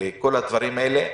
וכל הדברים האלה,